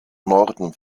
norden